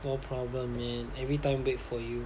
no problem man every time wait for you